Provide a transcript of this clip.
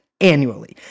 annually